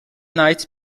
night